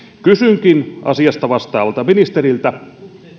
kysynkin asiasta vastaavalta ministeriltä